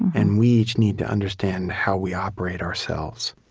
and we each need to understand how we operate, ourselves